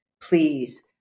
Please